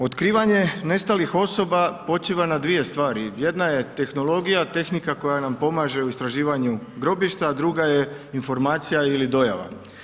Otkrivanje nestalih osoba počiva na 2 stvari, jedna je tehnologija, tehnika koja nam pomaže u istraživanju grobišta, a druga je informacija ili dojava.